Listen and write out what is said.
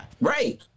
Right